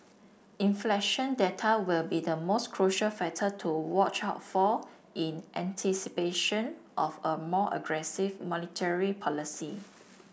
inflation data will be the most crucial factor to watch out for in anticipation of a more aggressive monetary policy